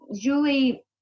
Julie